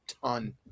ton